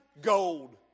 gold